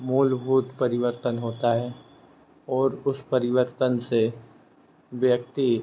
मूलभूत परिवर्तन होता है और उस परिवर्तन से व्यक्ति